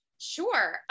Sure